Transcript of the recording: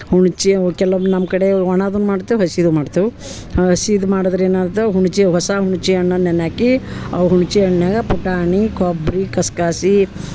ಹುಣ್ಸೆ ಕೆಲವೊಮ್ಮೆ ನಮ್ಮ ಕಡೆ ಒಣದನ್ನ ಮಾಡ್ತೇವೆ ಹಸಿದೂ ಮಾಡ್ತೇವೆ ಹಸಿದ್ ಮಾಡದ್ರೆ ಏನಾಯ್ತು ಹುಣ್ಸೆ ಹೊಸ ಹುಣ್ಸೆ ಹಣ್ಣನ್ನು ನೆನೆ ಹಾಕಿ ಆ ಹುಣ್ಸೆ ಹಣ್ನನಾಗ ಪುಟಾಣಿ ಕೊಬ್ಬರಿ ಕಸ್ಕಸೆ